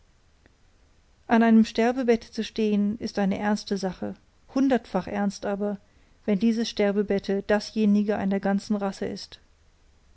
an einem sterbebette zu stehen ist eine ernste sache hundertfach ernst aber wenn dieses sterbebette dasjenige einer ganzen rasse ist